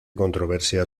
controversia